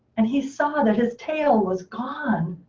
and he saw that his tail was gone.